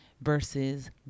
versus